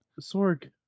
Sorg